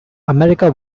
america